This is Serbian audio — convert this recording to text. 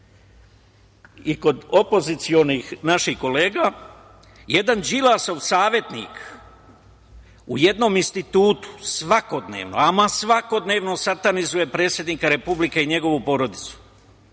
i kod opozicionih naših kolega, jedan Đilasov savetnik u jednom institutu svakodnevno, ama svakodnevno satanizuje predsednika Republike i njegovu porodicu.